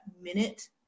minute